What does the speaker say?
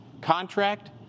contract